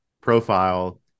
profile